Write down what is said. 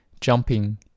jumping